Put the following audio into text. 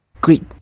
great